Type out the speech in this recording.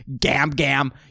Gam-gam